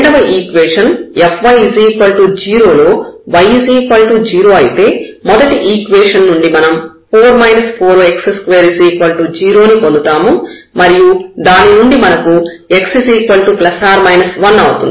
రెండవ equation fy 0 లో y 0 అయితే మొదటి ఈక్వేషన్ నుండి మనం 4 4 x2 0 ని పొందుతాము మరియు దాని నుండి మనకు x ±1 అవుతుంది